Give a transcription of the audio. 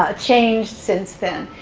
ah changed since then.